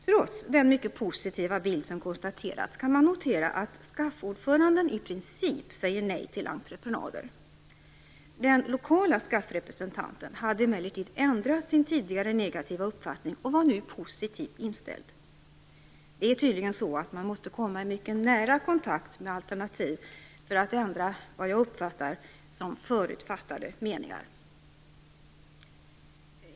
Trots den mycket positiva bild som konstaterats kan man notera att SKAF-ordföranden i princip säger nej till entreprenader. Den lokala SKAF representanten hade emellertid ändrat sin tidigare negativa uppfattning och var nu positivt inställd. Det är tydligen så att man måste komma i mycket nära kontakt med alternativ för att ändra vad jag uppfattar som förutfattade meningar.